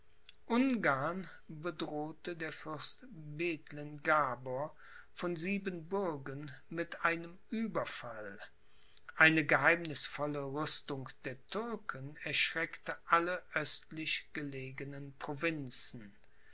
ungarn bedrohte der fürst bethlen gabor von siebenbürgen mit einem ueberfall eine geheimnißvolle rüstung der türken erschreckte alle östlich gelegenen provinzen